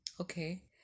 Okay